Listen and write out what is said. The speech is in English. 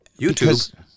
YouTube